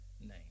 name